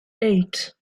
eight